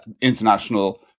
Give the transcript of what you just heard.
international